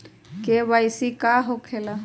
KYC का हो के ला?